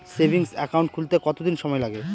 Savings account খুলতে কতদিন সময় লাগে?